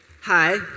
Hi